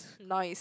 nice